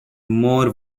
more